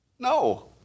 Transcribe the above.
No